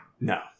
No